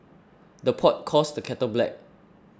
the pot calls the kettle black